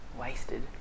wasted